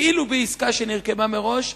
כאילו בעסקה שנרקמה מראש,